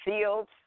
Fields